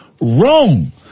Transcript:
wrong